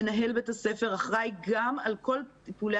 מנהל בית הספר אחראי גם על כל טיפולי